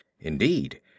Indeed